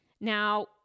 Now